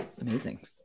amazing